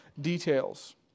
details